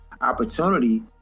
opportunity